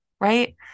right